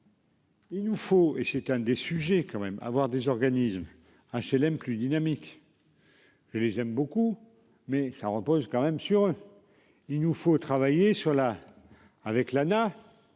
Il nous faut et c'est un des sujets quand même avoir des organismes HLM plus dynamique.-- Je les aime beaucoup mais ça repose quand même sur. Il nous faut travailler sur la